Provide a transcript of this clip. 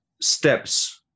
steps